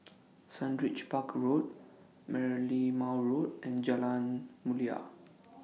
Sundridge Park Road Merlimau Road and Jalan Mulia